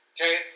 Okay